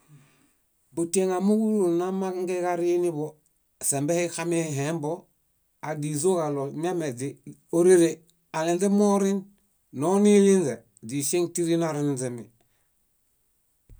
Butieŋ amooġo úlu úlu namangẽġariniḃo. Sembehe ixamihembo ádizoġaɭo miame źi- órere alenźemorin. Nonilinźe źiŝieŋ tíri narininźemi